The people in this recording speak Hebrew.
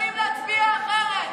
יש לך הזדמנות הלילה.